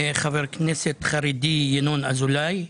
חבר כנסת חרדי ינון אזולאי.